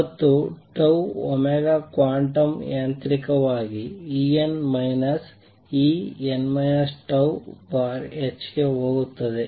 ಮತ್ತು τω ಕ್ವಾಂಟಮ್ ಯಾಂತ್ರಿಕವಾಗಿ En En τℏ ಗೆ ಹೋಗುತ್ತದೆ